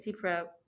prep